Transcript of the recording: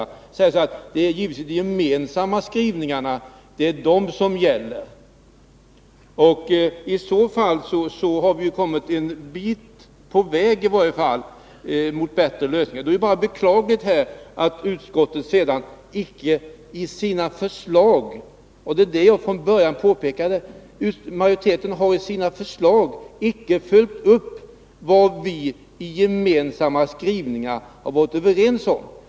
Hon säger ungefär så här: Det är givetvis de gemensamma skrivningarna som gäller. I så fall har vi ju i varje fall kommit en bit på väg mot bättre lösningar. Det är bara beklagligt att utskottsmajoriteten icke har följt upp vad vi i gemensamma skrivningar har varit överens om. Det är detta jag från början påpekade.